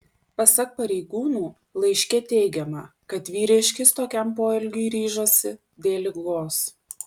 pasak pareigūnų laiške teigiama kad vyriškis tokiam poelgiui ryžosi dėl ligos